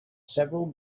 several